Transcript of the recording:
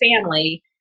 family